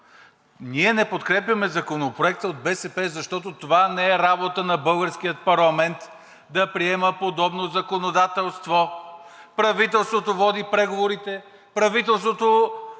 БСП не подкрепяме Законопроекта, защото не е работа на българския парламент да приема подобно законодателство. Правителството води преговорите, именно